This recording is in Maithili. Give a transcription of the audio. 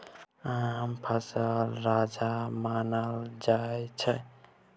आम फलक राजा मानल जाइ छै